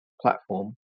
platform